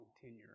tenure